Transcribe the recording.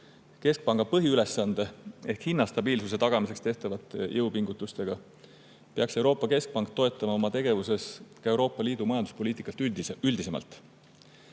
keskpanga põhiülesande ehk hinnastabiilsuse tagamiseks tehtavate jõupingutustega, peaks Euroopa Keskpank toetama oma tegevuses Euroopa Liidu majanduspoliitikat üldisemalt.